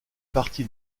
partie